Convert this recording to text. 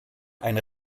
ein